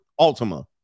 Altima